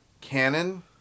canon